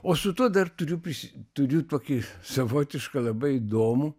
o su tuo dar turiu prisi turiu tokį savotišką labai įdomų